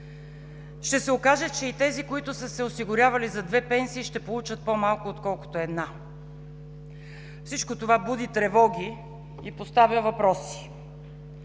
ще се окаже, че и тези, които са се осигурявали за две пенсии, ще получат по-малко отколкото една. Всичко това буди тревоги и поставя въпроси.